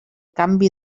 canvi